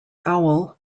owl